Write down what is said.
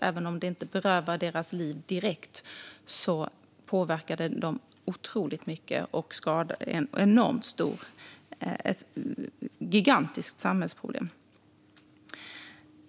Även om det inte berövar dem livet direkt påverkar det dem otroligt mycket. Skadan är enormt stor. Det är ett gigantiskt samhällsproblem.